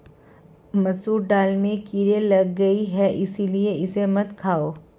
मसूर दाल में कीड़े लग गए है इसलिए इसे मत खाओ